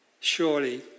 Surely